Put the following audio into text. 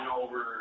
over